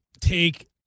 take